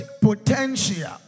potential